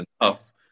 enough